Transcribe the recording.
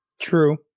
True